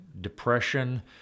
depression